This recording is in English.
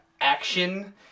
action